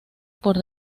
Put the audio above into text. por